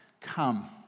come